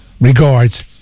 Regards